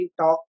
talk